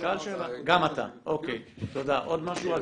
עוד משהו,